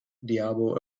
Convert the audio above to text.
diabo